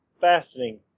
fastening